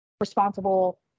responsible